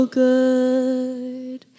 good